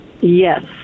yes